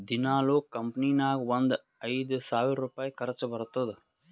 ದಿನಾಲೂ ಕಂಪನಿ ನಾಗ್ ಒಂದ್ ಐಯ್ದ ಸಾವಿರ್ ರುಪಾಯಿ ಖರ್ಚಾ ಬರ್ತುದ್